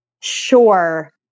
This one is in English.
sure